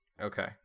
Okay